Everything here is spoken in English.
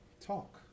talk